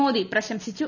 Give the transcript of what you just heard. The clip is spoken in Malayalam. മോദി പ്രശംസിച്ചു